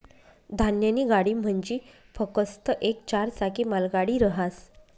धान्यनी गाडी म्हंजी फकस्त येक चार चाकी मालगाडी रहास